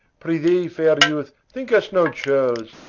prithee, fair youth, think us no churls,